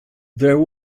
there